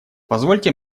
позвольте